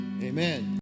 amen